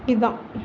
இதுதான்